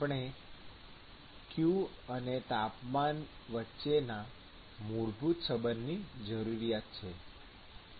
આપણને q અને તાપમાન વચ્ચેના મૂળભૂત સંબંધની જરૂર છે